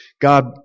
God